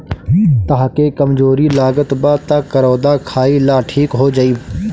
तहके कमज़ोरी लागत बा तअ करौदा खाइ लअ ठीक हो जइब